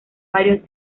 varios